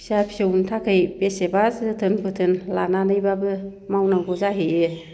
फिसा फिसौनि थाखाय बेसेबा जोथोन बोथोन लानानैबाबो मावनांगौ जाहैयो